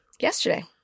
Yesterday